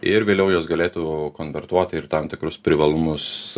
ir vėliau juos galėtų konvertuoti ir tam tikrus privalumus